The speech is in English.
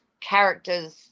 characters